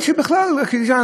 לרדוף אחרי אנשים,